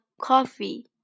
coffee